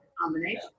combination